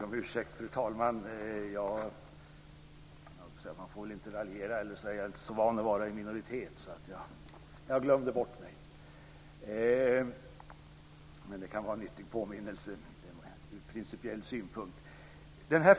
Fru talman! Jag ber om ursäkt. Man får väl inte raljera, men jag är inte så van att befinna mig i minoritet och att vara först på talarlistan. Jag glömde bort mig. Men det kan vara en nyttig påminnelse från principiell synpunkt.